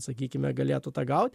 sakykime galėtų tą gauti